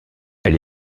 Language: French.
elle